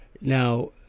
Now